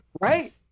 right